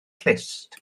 clust